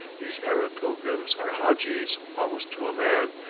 these arab pilgrims are hadjis almost to a man,